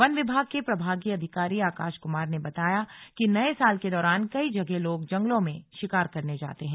one विभाग के प्रभागीय अधिकारी आकाश कुमार ने बताया कि नए साल के दौरान कई जगह लोग जंगलों में शिकार करने जाते हैं